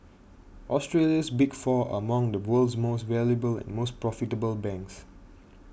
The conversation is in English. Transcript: Australia's Big Four are among the world's most valuable and most profitable banks